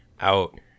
out